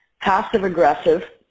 Passive-aggressive